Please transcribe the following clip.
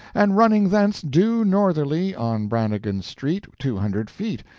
and running thence due northerly on brannigan street two hundred feet,